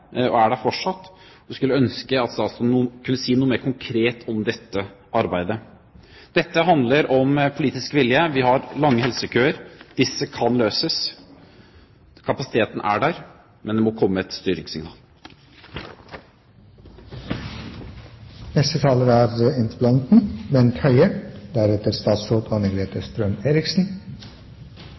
og er der fortsatt. Jeg skulle ønske at statsråden kunne si noe mer konkret om dette arbeidet. Dette handler om politisk vilje. Vi har lange helsekøer, men dette kan løses. Kapasiteten er der, men det må komme et